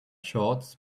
shorts